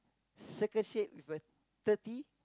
circle shape with a thirty